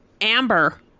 Amber